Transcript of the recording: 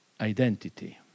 identity